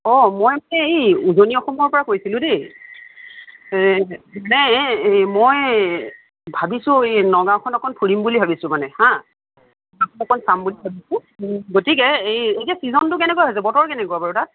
অঁ মই এই উজনী অসমৰ পৰা কৈছিলোঁ দেই মই ভাৱিছোঁ এই নগাওঁখন অকন ফুৰিম বুলি ভাবিছোঁ মানে হাঁ অকণ চাম বুলি ভাৱিছোঁ গতিকে এই এতিয়া চি'জনটো কেনেকুৱা হৈছে বতৰ কেনেকুৱা বাৰু তাত